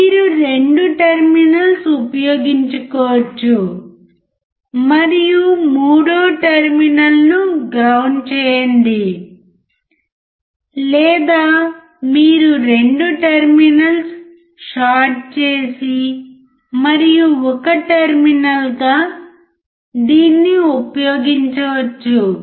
మీరు 2 టెర్మినల్స్ ఉపయోగించుకోవచ్చు మరియు మూడవ టెర్మినల్ ను గ్రౌండ్ చెయ్యండి లేదా మీరు 2 టెర్మినల్స్ షార్ట్ చేసి మరియు ఒక టెర్మినల్ గా దీన్ని ఉపయోగించవచ్చు